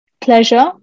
Pleasure